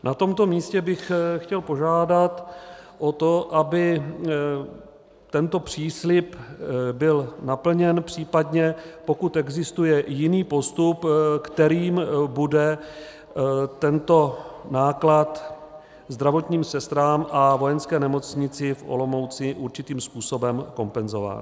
Na tomto místě bych chtěl požádat o to, aby tento příslib byl naplněn, případně pokud existuje jiný postup, kterým bude tento náklad zdravotním sestrám a Vojenské nemocnici v Olomouci určitým způsobem kompenzován.